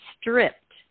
stripped